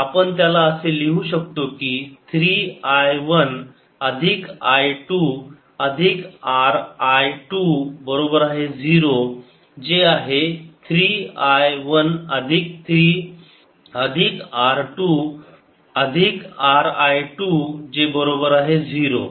आपण त्याला असे लिहू शकतो की 3 I वन अधिक I टू अधिक R I टू बरोबर आहे 0 जे आहे 3 I वन अधिक 3 अधिक R I टू जे बरोबर आहे 0